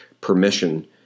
permission